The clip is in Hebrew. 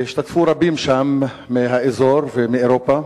השתתפו שם רבים מהאזור ומאירופה,